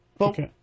Okay